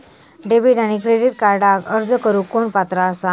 Debit आणि credit कार्डक अर्ज करुक कोण पात्र आसा?